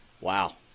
Wow